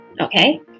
okay